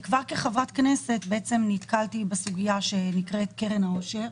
וכבר כחברת כנסת נתקלתי בסוגיה שנקראת "קרן העושר",